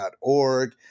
org